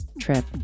trip